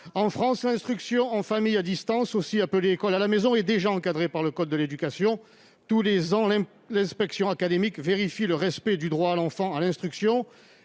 En France, l'instruction en famille, à distance, aussi appelée école à la maison, est déjà encadrée par le code de l'éducation. Tous les ans, l'inspection académique vérifie le respect du droit de l'enfant à l'instruction